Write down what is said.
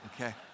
Okay